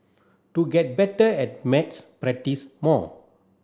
to get better at maths practise more